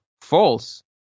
false